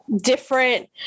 different